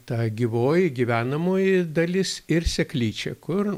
ta gyvoji gyvenamoji dalis ir seklyčia kur